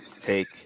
take